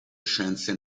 scienze